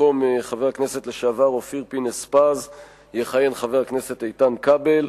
במקום חבר הכנסת לשעבר אופיר פינס-פז יכהן חבר הכנסת איתן כבל,